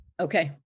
Okay